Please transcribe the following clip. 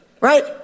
Right